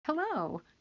Hello